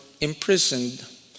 imprisoned